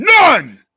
none